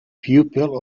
pupil